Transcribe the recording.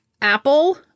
Apple